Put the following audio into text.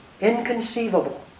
inconceivable